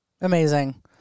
Amazing